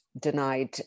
denied